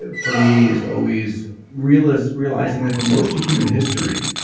ah for me, is always realizing realizing that for most of human history,